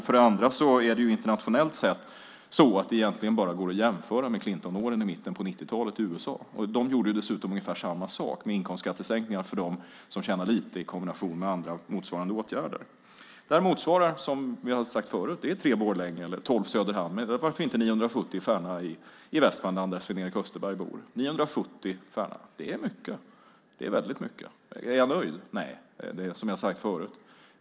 För det andra är det internationellt sett så att det bara går att jämföra med Clintonåren i mitten på 90-talet i USA. De gjorde ungefär samma sak med inkomstskattesänkningar för dem som tjänade lite i kombination med andra motsvarande åtgärder. Detta motsvarar, som vi har sagt förut, tre Borlänge, tolv Söderhamn eller varför inte 970 Färna i Västmanland där Sven-Erik Österberg bor. Det är mycket med 970 Färna. Det är väldigt mycket. Är jag då nöjd? Nej, som jag har sagt förut.